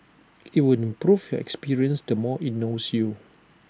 IT will improve your experience the more IT knows you